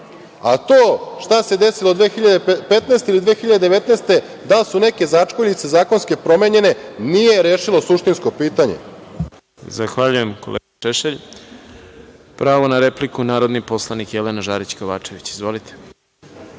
a to šta se desilo 2015. ili 2019. godine, da su neke začkoljice zakonske promenjene nije rešilo suštinsko pitanje. **Đorđe Milićević** Zahvaljujem, kolega Šešelj. Pravo na repliku, narodni poslanik Jelena Žarić Kovačević. Izvolite.